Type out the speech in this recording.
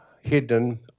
hidden